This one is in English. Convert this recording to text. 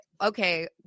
okay